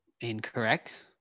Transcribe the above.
Incorrect